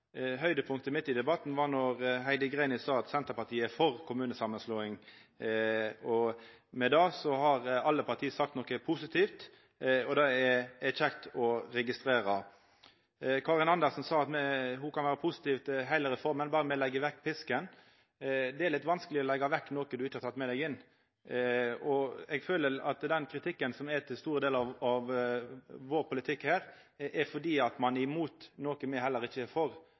Høgdepunktet mitt i debatten var då Heidi Greni sa at Senterpartiet er for kommunesamanslåing. Med det har alle partia sagt noko positivt, og det er kjekt å registrera. Karin Andersen sa at ho kan vera positiv til heile reforma, berre me legg vekk pisken. Det er litt vanskeleg å leggja vekk noko ein ikkje har teke med seg inn. Eg føler at kritikken mot store delar av politikken vår går ut på at ein er imot noko heller ikkje me er for,